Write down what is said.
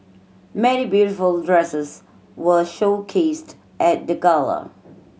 many beautiful dresses were showcased at the gala